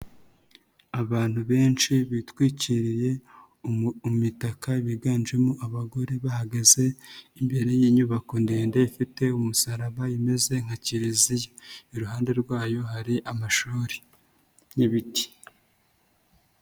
Abantu benshi bitwikiriye imitaka, biganjemo abagore bahagaze imbere y'inyubako ndende ifite umusaraba imeze nka kiliziya. Iruhande rwayo hari amashuri n'ibiti.